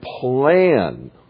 plan